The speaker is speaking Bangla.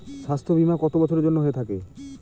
স্বাস্থ্যবীমা কত বছরের জন্য হয়ে থাকে?